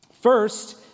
First